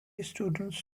students